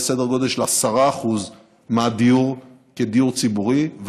סדר גודל של 10% מהדיור כדיור ציבורי.